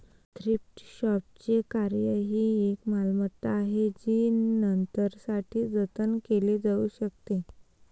thrift शॉपचे कार्य ही एक मालमत्ता आहे जी नंतरसाठी जतन केली जाऊ शकते